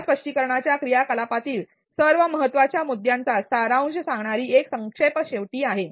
या स्पष्टीकरणाच्या क्रियाकलापातील सर्व महत्वाच्या मुद्द्यांचा सारांश सांगणारी एक संक्षेप शेवटी आहे